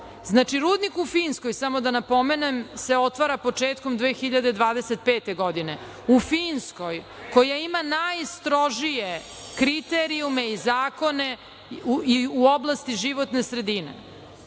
Znači, rudnik u Finskoj, samo da napomenem se otvara početkom 2025. godine, u Finskoj koja ima najstrožije kriterijume i zakone u oblasti životne sredine. Da